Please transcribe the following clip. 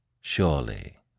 Surely